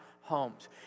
homes